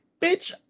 bitch